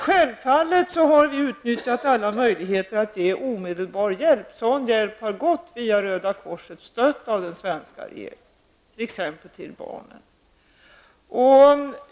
Självfallet har vi utnyttjat alla möjligheter att ge omedelbar hjälp, t.ex. till barnen, som har gått via Röda korset och som har stötts av den svenska regeringen.